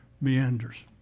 meanders